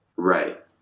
right